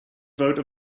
vote